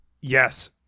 Yes